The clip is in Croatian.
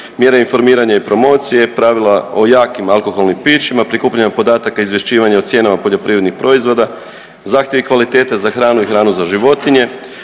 mjere informiranja i promocije, pravila o jakim alkoholnim pićima, prikupljanje podataka i izvješćivanje o cijenama poljoprivrednih proizvoda, zahtjevi kvalitete za hranu i hranu za životinje,